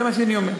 זה מה שאני אומר.